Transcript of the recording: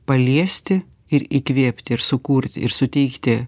paliesti ir įkvėpti ir sukurti ir suteikti